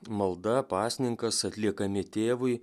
malda pasninkas atliekami tėvui